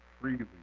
freely